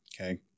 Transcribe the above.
Okay